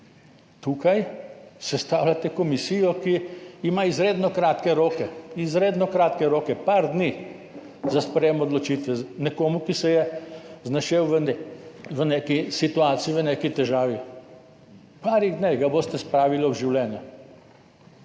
Tukaj sestavljate komisijo, ki ima izredno kratke roke. Par dni za sprejem odločitve za nekoga, ki se je znašel v neki situaciji, v neki težavi. V par dneh ga boste spravili ob življenje,